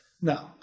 No